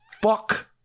Fuck